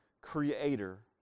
creator